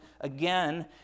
again